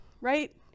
right